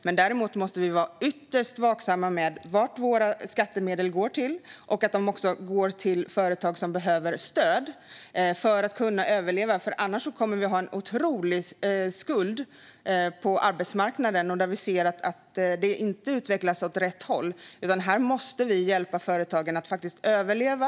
Men vi måste vara ytterst vaksamma på vad våra skattemedel går till, så att de också går till företag som behöver stöd för att kunna överleva. Annars kommer vi att ha en otrolig skuld på arbetsmarknaden, där vi ser att det inte utvecklas åt rätt håll. Här måste vi hjälpa företagen att faktiskt överleva.